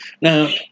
Now